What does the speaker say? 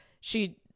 she-